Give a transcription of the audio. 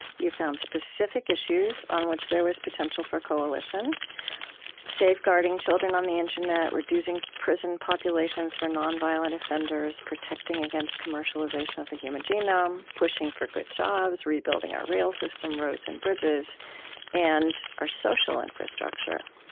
you found specific issues on which there was potential for coalition safeguarding children on the internet reducing prison populations for nonviolent offenders protecting against commercialization of the human genome pushing for good jobs rebuilding our rail system, roads, and bridges and our social infrastructure.